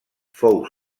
fou